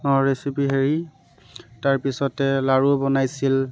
recipe হেৰি তাৰপিছতে লাৰু বনাইছিল